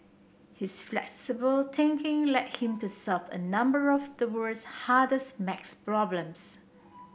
his flexible thinking led him to solve a number of the world's hardest maths problems